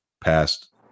past